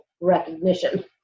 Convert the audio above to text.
recognition